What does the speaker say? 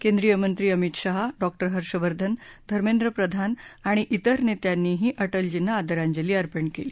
केंद्रीय मंत्री अमित शाह डॉ हर्षवर्धन धर्मेंद्र प्रधान आणि विर नेत्यांनीही अटलजींना आदरांजली अर्पण केली